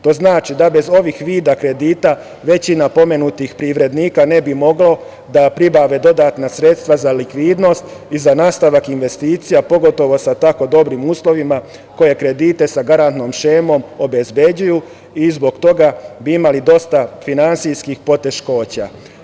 To znači da bez ovih vida kredita većina pomenutih privrednika ne bi mogla da pribavi dodatna sredstva za likvidnost i za nastavak investicija, pogotovo sa tako dobrim uslovima, koje kredite sa garantnom šemom obezbeđuju, i zbog toga bi imali dosta finansijskih poteškoća.